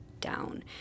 down